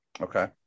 Okay